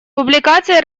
публикация